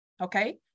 okay